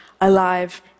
alive